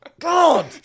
God